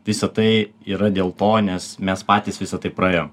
visa tai yra dėl to nes mes patys visa tai praėjom